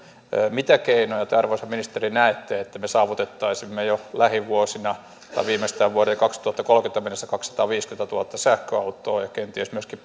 mitä keinoja te arvoisa ministeri näette että me saavuttaisimme jo lähivuosina viimeistään vuoteen kaksituhattakolmekymmentä mennessä kaksisataaviisikymmentätuhatta sähköautoa ja kenties myöskin